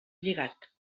lligat